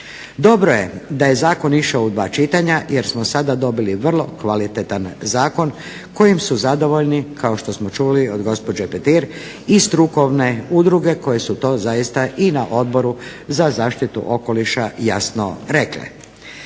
Dobro je da je zakon išao u dva čitanja jer smo sada dobili vrlo kvalitetan zakon kojim su zadovoljni kao što smo čuli od gospođe Petir i strukovne udruge koje su to zaista i na odboru za zaštitu okoliša jasno rekle.